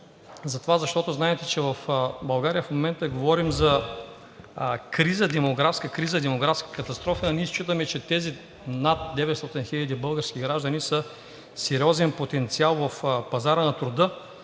И второ, защото знаете, че в България в момента говорим за демографска криза, демографска катастрофа, а ние считаме, че тези над 900 хиляди български граждани са сериозен потенциал в пазара на труда.